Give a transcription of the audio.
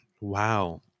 Wow